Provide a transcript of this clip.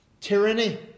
tyranny